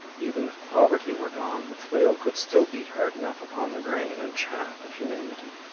even if poverty were gone, the flail could still beat hard enough upon the grain and chaff of humanity.